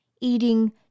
Eating